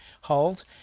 hold